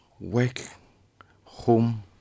work-home